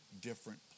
different